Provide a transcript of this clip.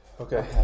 Okay